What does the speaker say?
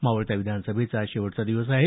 मावळत्या विधानसभेचा आज शेवटचा दिवस आहे